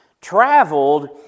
traveled